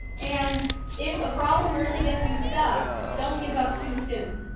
and if a problem really gets you stuck, don't give up too soon.